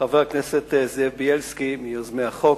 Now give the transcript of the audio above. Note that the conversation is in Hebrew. חבר הכנסת זאב בילסקי, מיוזמי החוק,